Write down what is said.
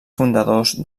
fundadors